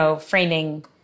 framing